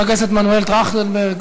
חבר הכנסת מנואל טרכטנברג